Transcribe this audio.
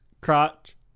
crotch